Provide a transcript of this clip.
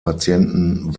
patienten